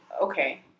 okay